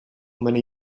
many